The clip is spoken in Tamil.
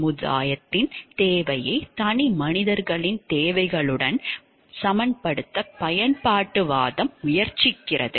சமூகத்தின் தேவையை தனிமனிதர்களின் தேவைகளுடன் சமன்படுத்த பயன்பாட்டுவாதம் முயற்சிக்கிறது